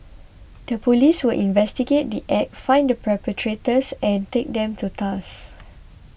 the police will investigate the Act find the perpetrators and take them to task